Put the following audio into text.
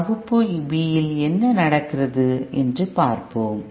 வகுப்பு B இல் என்ன நடக்கிறது என்று பார்ப்போம்